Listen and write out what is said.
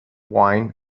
wine